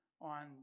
on